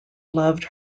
loved